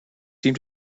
seem